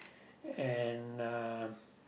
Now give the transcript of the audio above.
and um